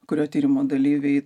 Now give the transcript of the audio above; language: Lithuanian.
kurio tyrimo dalyviai